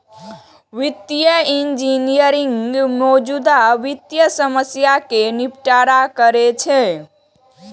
वित्तीय इंजीनियरिंग मौजूदा वित्तीय समस्या कें निपटारा करै छै